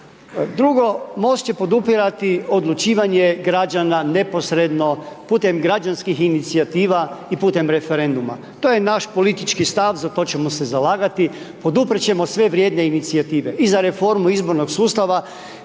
Drugo, MOST će podupirati odlučivanje građana neposredno putem građanskih inicijativa i putem referenduma. To je naš politički stav, za to ćemo se zalagati, poduprijeti ćemo sve vrijedne inicijative, i za reformu izbornog sustava